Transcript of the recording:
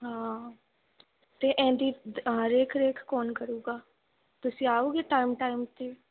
ਹਾਂ ਅਤੇ ਇਹਦੀ ਦੇਖ ਰੇਖ ਕੌਣ ਕਰੂਗਾ ਤੁਸੀਂ ਆਓਗੇ ਟਾਈਮ ਟਾਈਮ 'ਤੇ